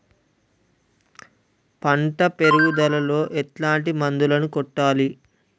పంట పెరుగుదలలో ఎట్లాంటి మందులను కొట్టాలి?